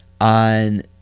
on